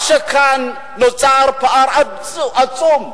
כאן נוצר פער עצום: